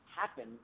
happen